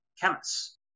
chemists